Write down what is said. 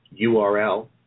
URL